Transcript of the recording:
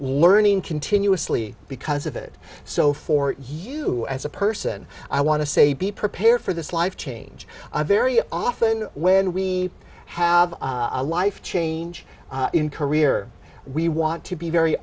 learning continuously because of it so for you as a person i want to say be prepared for this life change very often when we have a life change in career we want to be very